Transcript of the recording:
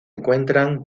encuentran